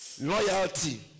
Loyalty